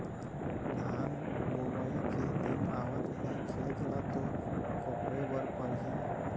धान बोवई के दिन आवत हे खेत ल तो कोपरे बर परही